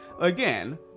Again